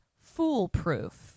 foolproof